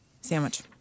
Sandwich